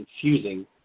confusing